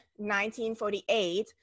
1948